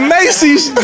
Macy's